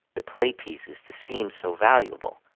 the play pieces to seem so valuable,